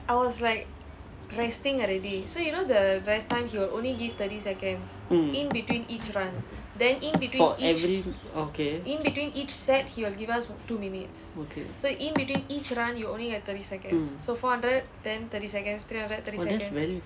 mm for every okay okay mm !wah! that's very